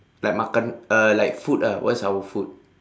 like makan uh like food ah what's our food